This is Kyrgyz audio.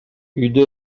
үйдө